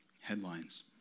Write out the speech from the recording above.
headlines